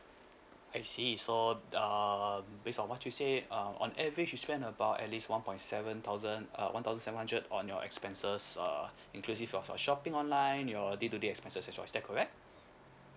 I see so err based on what you say um on average you spend about at least one point seven thousand uh one thousand seven hundred on your expenses err inclusive of your shopping online your day to day expenses that's all is that correct